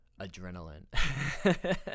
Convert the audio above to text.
adrenaline